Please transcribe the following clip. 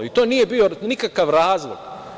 I to nije bio nikakav razlog.